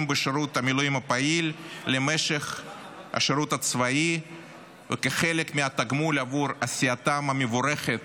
בשירות מילואים פעיל למשך השירות הצבאי כחלק מהתגמול עבור עשייתם המבורכת